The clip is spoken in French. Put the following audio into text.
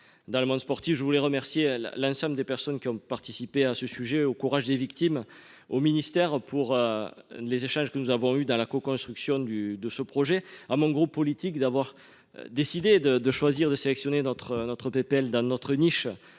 Dans le monde sportif. Je voulais remercier l'ensemble des personnes qui ont participé à ce sujet au courage des victimes au ministère pour. Les échanges que nous avons eu dans la co-construction du de ce projet à mon groupe politique d'avoir. Décidé de de choisir de sélectionner notre notre PPL dans notre niche